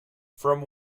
from